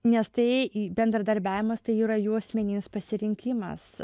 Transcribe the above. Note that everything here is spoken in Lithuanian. nes tai bendradarbiavimas tai jų yra jų asmeninis pasirinkimas